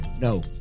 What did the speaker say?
No